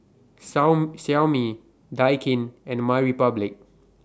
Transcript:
Xiaomi Daikin and MyRepublic